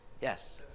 Yes